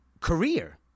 career